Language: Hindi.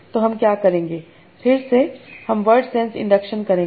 तो हम क्या करेंगे फिर से संदर्भ समय 0828 हम वर्ड सेंस इंडक्शन करेंगे